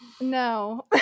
No